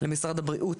למשרד הבריאות,